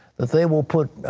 they will put